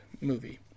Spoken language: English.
movie